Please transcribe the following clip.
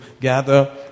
gather